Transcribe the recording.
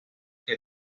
que